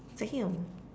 damn